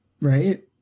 Right